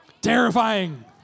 Terrifying